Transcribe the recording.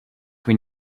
when